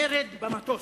מרד במטוס.